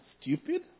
Stupid